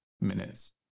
minutes